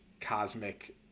cosmic